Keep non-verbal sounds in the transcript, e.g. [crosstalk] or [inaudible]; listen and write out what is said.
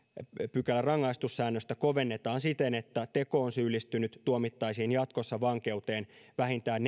pykälän rangaistussäännöstä kovennetaan siten että tekoon syyllistynyt tuomittaisiin jatkossa vankeuteen vähintään [unintelligible]